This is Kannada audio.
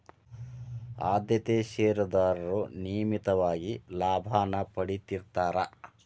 ಆದ್ಯತೆಯ ಷೇರದಾರರು ನಿಯಮಿತವಾಗಿ ಲಾಭಾನ ಪಡೇತಿರ್ತ್ತಾರಾ